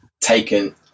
taken